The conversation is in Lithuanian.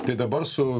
tai dabar su